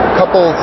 couple